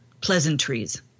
pleasantries